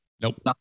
Nope